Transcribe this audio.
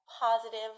positive